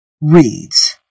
Reads